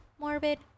Morbid